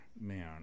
man